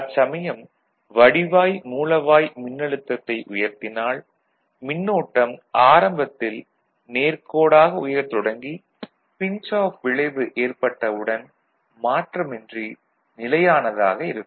அச்சமயம் வடிவாய் மூலவாய் மின்னழுத்தத்தை உயர்த்தினால் மின்னோட்டம் ஆரம்பத்தில் நேர்க் கோடாக உயரத் தொடங்கி பின்ச் ஆஃப் விளைவு ஏற்பட்டவுடன் மாற்றம் இன்றி நிலையானதாக இருக்கும்